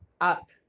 up